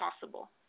possible